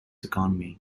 economy